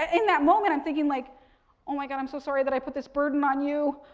ah in that moment, i'm thinking like oh my god i'm so sorry that i put this burden on you.